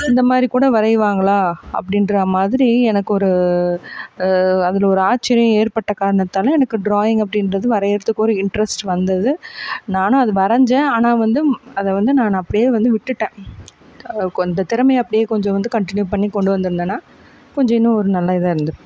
இந்த மாதிரி கூட வரையுவாங்களா அப்படின்றா மாதிரி எனக்கு ஒரு அதில் ஒரு ஆச்சரியம் ஏற்பட்ட காரணத்தால் எனக்கு டிராயிங் அப்படின்றது வரையிறதுக்கு ஒரு இன்ட்ரெஸ்ட் வந்தது நானும் அது வரைஞ்சேன் ஆனால் வந்து அதை வந்து நான் அப்டியே வந்து விட்டுட்டேன் இந்த திறமையை அப்டியே கொஞ்சம் வந்து கண்ட்டினியூ பண்ணி கொண்டு வந்திருந்தேன்னா கொஞ்சம் இன்னும் ஒரு நல்லா இதாக இருந்திருக்கும்